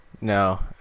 No